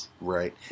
Right